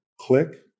click